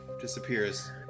disappears